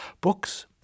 Books